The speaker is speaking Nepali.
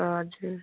हजुर